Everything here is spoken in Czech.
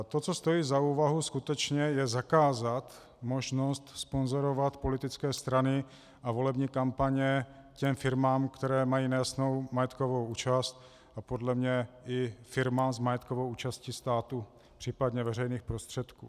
To, co stojí skutečně za úvahu, je zakázat možnost sponzorovat politické strany a volební kampaně těm firmám, které mají nejasnou majetkovou účast, a podle mě i firmám s majetkovou účastí státu, případně veřejných prostředků.